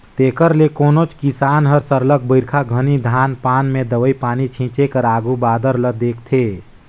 तेकर ले कोनोच किसान हर सरलग बरिखा घनी धान पान में दवई पानी छींचे कर आघु बादर ल देखथे